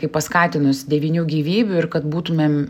kai pas katinus devynių gyvybių ir kad būtumėm